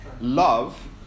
love